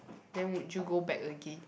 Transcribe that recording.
then would you go back again